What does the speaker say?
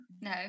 No